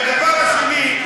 הדבר השני,